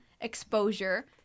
exposure